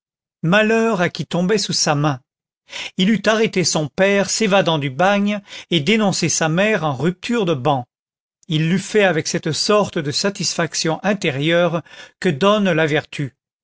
malheur à qui tombait sous sa main il eût arrêté son père s'évadant du bagne et dénoncé sa mère en rupture de ban et il l'eût fait avec cette sorte de satisfaction intérieure que donne la vertu